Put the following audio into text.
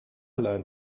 learn